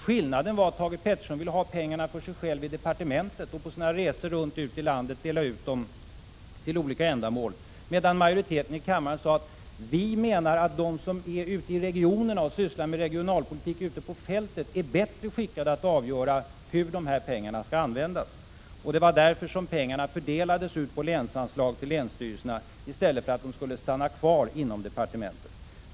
Skillnaden var att Thage G Peterson ville ha pengarna för sig själv i departementet för att på sina resor runt om i landet dela ut dem till olika ändamål, medan majoriteten i kammaren menade att de som är ute i regionerna och sysslar med regionalpolitik ute på fältet är bättre skickade att avgöra hur dessa pengar skall användas. Det var därför som pengarna fördelades ut på länsanslagen till länsstyrelserna i stället för att bli kvar inom departementet.